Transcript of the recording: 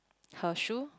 her shoe